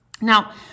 Now